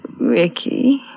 Ricky